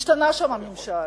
השתנה שם הממשל.